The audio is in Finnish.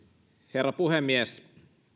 herra puhemies